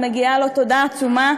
ומגיעה לה תודה עצומה.